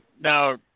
Now